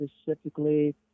specifically